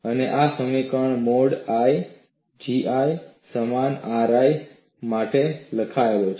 અને આ સમીકરણ મોડ I GI સમાન RI માટે લખાયેલ છે